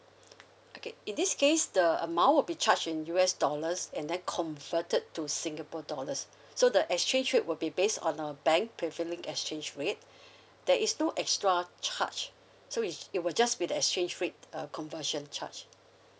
okay in this case the amount would be charge in U_S dollars and then converted to singapore dollars so the exchange rate will be based on uh bank prevailing exchange rate there is no extra charge so it it will just be the exchange rate err conversion charge